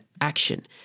action